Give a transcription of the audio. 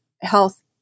health